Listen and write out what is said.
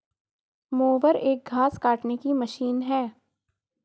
mower एक घास काटने की मशीन है